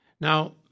Now